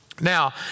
Now